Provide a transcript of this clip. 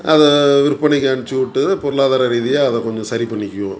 அதை விற்பனைக்கு அனுப்பிச்சுட்டு பொருளாதார ரீதியாக அதை கொஞ்சம் சரி பண்ணிக்குவோம்